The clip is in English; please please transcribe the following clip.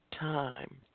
Time